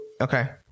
okay